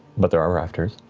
but there are rafters.